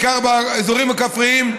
בעיקר באזורים הכפריים,